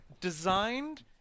designed